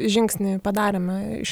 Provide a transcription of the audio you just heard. žingsnį padarėme iš